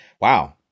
wow